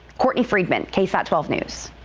courtney friedman ksat twelve news.